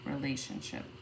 relationship